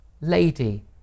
lady